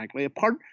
apart